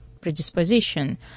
predisposition